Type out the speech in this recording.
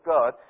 God